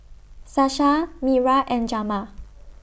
Sasha Myra and Jamar